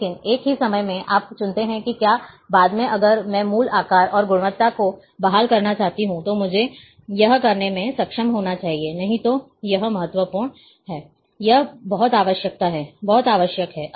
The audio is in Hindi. लेकिन एक ही समय में आप चुनते हैं कि क्या बाद में अगर मैं मूल आकार और गुणवत्ता को बहाल करना चाहता हूं तो मुझे यह करने में सक्षम होना चाहिए या नहीं यह बहुत महत्वपूर्ण है यह बहुत आवश्यक है